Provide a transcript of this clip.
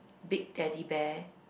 big Teddy Bear